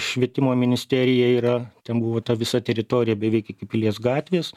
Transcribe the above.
švietimo ministerija yra ten buvo ta visa teritorija beveik iki pilies gatvės